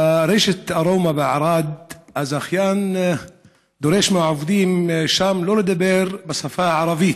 ברשת ארומה בערד הזכיין דורש מהעובדים שם לא לדבר בשפה הערבית,